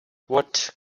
what